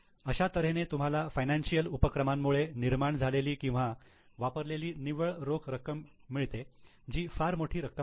अशा तऱ्हेने तुम्हाला फायनान्शियल उपक्रमांमुळे निर्माण झालेली किंवा वापरलेली निव्वळ रोख रक्कम मिळते जी फार मोठी रक्कम आहे